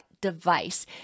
device